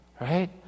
right